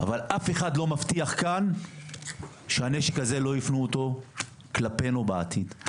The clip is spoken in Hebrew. אבל אף אחד לא מבטיח כאן שהנשק הזה לא יופנה כלפינו בעתיד,